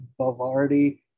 Bavardi